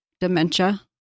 dementia